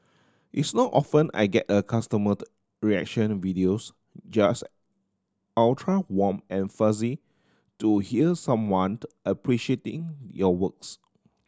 it's not often I get a customer reaction videos just ultra warm and fuzzy to hear someone appreciating your works